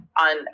on